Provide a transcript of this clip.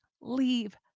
leave